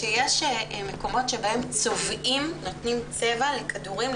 שיש מקומות שבהם צובעים נותנים צבע לכדורים,